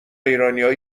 ایرانیا